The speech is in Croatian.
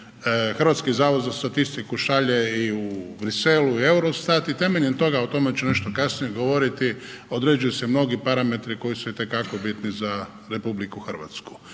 Hrvatski zavod za statistiku šalje i u Brisel, u Eurostat. I temeljem toga a o tome ću nešto kasnije govoriti određuju se mnogi parametri koji su itekako bitni za RH. Mi danas